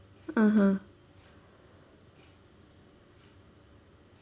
(uh huh)